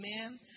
Amen